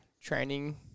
training